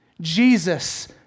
Jesus